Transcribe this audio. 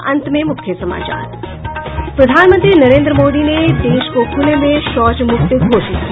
और अब अंत में मुख्य समाचार प्रधानमंत्री नरेन्द्र मोदी ने देश को खूले में शौच मुक्त घोषित किया